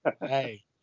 Hey